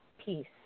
peace